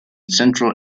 central